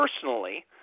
personally